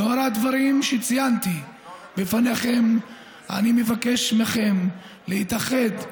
לאור הדברים שציינתי בפניכם אני מבקש מכם להתאחד,